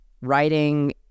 writing